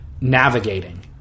navigating